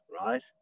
right